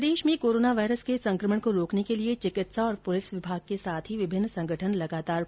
प्रदेश में corona virus के संकमण को रोकने के लिए चिकित्सा और पुलिस विभाग के साथ ही विभिन्न संगठन लगातार प्रयास कर रहे है